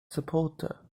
supporter